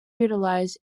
utilize